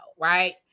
right